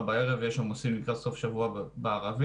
בערב ויש עומסים לקראת סוף השבוע בערבים,